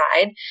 side